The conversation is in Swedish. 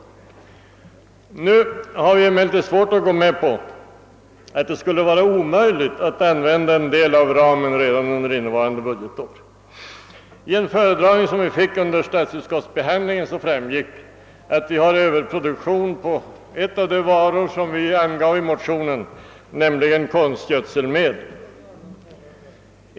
Jag har emellertid svårt att gå med på att det skulle vara omöjligt att använda en del av ramen under innevarande budgetår. Av en föredragning som vi fick under utskottsbehandlingen framgick att Sverige har överproduktion av en av de varor som behandlas i motionen, nämligen konstgödselmedel.